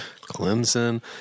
Clemson